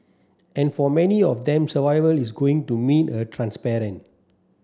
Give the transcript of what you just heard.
and for many of them survival is going to mean a transparent